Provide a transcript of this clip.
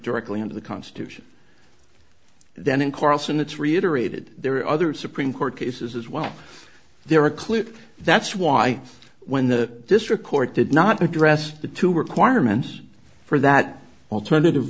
directly under the constitution then in carlson it's reiterated there are other supreme court cases as well there are clip that's why when the district court did not address the two requirements for that alternative